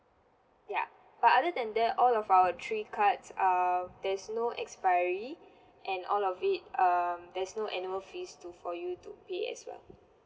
yup but other than that all of our three cards err there's no expiry and all of it um there's no annual fees to for you to pay as well